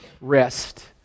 rest